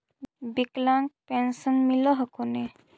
विकलांग पेन्शन मिल हको ने?